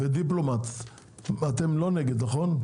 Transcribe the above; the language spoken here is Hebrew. ודיפלומט אתם לא נגד נכון?